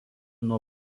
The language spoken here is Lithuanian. nuo